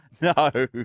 No